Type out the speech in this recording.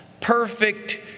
Perfect